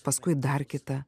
paskui dar kita